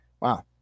wow